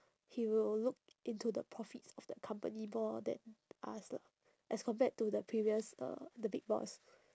he will look into the profits of the company more than us lah as compared to the previous uh the big boss